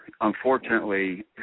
unfortunately